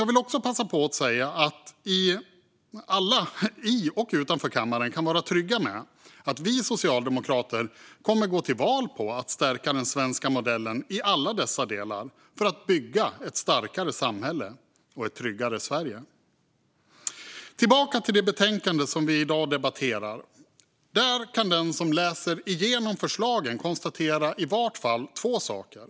Jag vill också passa på att säga att alla i och utanför kammaren kan vara trygga med att vi socialdemokrater kommer att gå till val på att stärka den svenska modellen i alla dessa delar för att bygga ett starkare samhälle och ett tryggare Sverige. Om vi går tillbaka till det betänkande som vi debatterar i dag kan den som läser igenom förslagen konstatera i varje fall två saker.